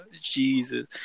jesus